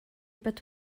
bod